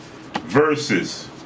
Versus